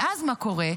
ואז מה קורה?